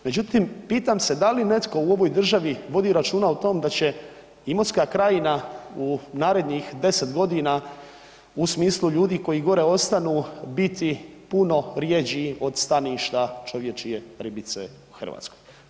Međutim, pitam se da li netko u ovoj državi vodi računa o tom da će Imotska krajina u narednih 10.g. u smislu ljudi koji gore ostanu biti puno rjeđi od staništa čovječje ribice u Hrvatskoj?